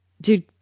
Dude